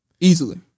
easily